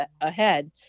ahead